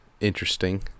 interesting